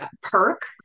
perk